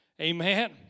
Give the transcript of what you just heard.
Amen